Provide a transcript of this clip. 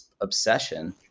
obsession